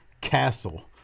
castle